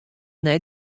net